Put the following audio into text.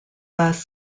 last